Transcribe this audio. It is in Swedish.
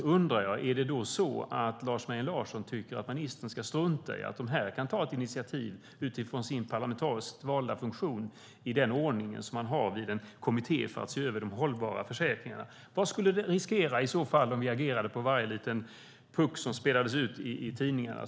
Jag undrar om det är så att Lars Mejern Larsson tycker att ministern ska strunta i att de här personerna kan ta ett initiativ utifrån sin parlamentariskt valda funktion och i den ordning som man har i en kommitté för att se över de hållbara försäkringarna. Vad skulle riskeras om vi agerade utifrån varje liten puck som spelades ut i tidningarna?